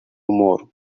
more